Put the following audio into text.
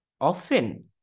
Often